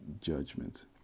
judgment